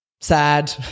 sad